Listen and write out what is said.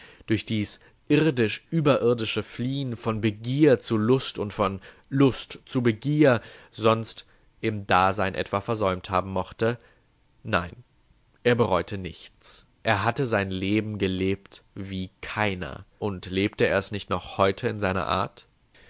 durch dies irdisch überirdische fliehen von begier zu lust und von lust zu begier sonst im dasein etwa versäumt haben mochte nein er bereute nichts er hatte sein leben gelebt wie keiner und lebte er es nicht noch heute in seiner art